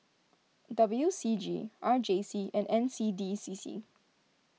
W C G R J C and N C D C C